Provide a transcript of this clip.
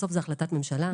בסוף זה החלטת ממשלה.